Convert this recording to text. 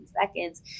seconds